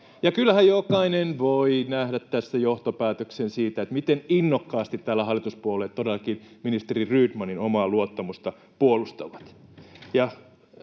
Kyllähän jokainen voi nähdä tässä johtopäätöksen siitä, miten innokkaasti täällä hallituspuolueet todellakin ministeri Rydmanin omaa luottamusta puolustavat.